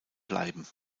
bleiben